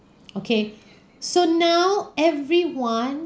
okay so now everyone